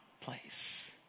place